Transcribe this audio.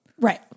Right